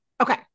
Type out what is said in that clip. okay